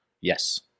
yes